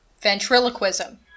Ventriloquism